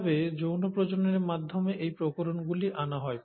কীভাবে যৌন প্রজননের মাধ্যমে এই প্রকরণগুলি আনা হয়